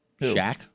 Shaq